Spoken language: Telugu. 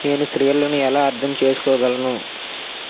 నేను స్త్రీలను ఎలా అర్ధం చేసుకోగలను